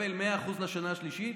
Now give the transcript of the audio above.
יקבל 100% לשנה השלישית